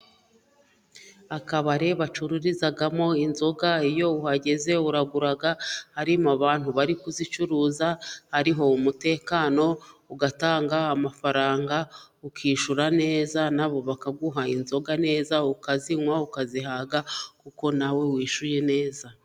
Akabari bacururizamo inzoga, iyo uhageze uragura , harimo abantu bari kuzicuruza ,hariho umutekano ugatanga amafaranga ukishyura neza ,nabo bakaguha inzoga neza ukazinywa ukazihaga, kuko nawe wishuye neza.